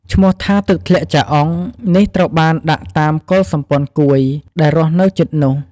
ឈ្មោះថា ទឹកធ្លាក់ចាអុង នេះត្រូវបានដាក់តាម កុលសម្ព័ន្ធគួយ ដែលរស់នៅជិតនោះ។